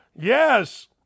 Yes